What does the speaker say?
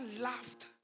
laughed